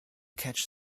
catch